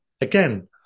Again